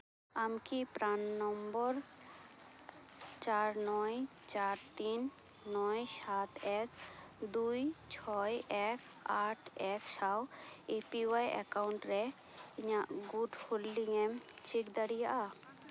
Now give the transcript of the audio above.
ᱟᱢ ᱠᱤ PRAN number ᱪᱟᱨ ᱱᱚᱭ ᱪᱟᱨ ᱛᱤᱱ ᱱᱚᱭ ᱥᱟᱛ ᱮᱠ ᱫᱩᱭ ᱪᱷᱚᱭ ᱮᱠ ᱟᱴ ᱮᱠ ᱥᱟᱶ ᱮ ᱯᱤ ᱚᱣᱟᱭ ᱮᱠᱟᱣᱩᱱᱴ ᱨᱮ ᱤᱧᱟᱹᱜ ᱜᱩᱴ ᱦᱳᱞᱰᱤᱝᱮᱢ ᱪᱮᱠ ᱫᱟᱲᱮᱭᱟᱜᱼᱟ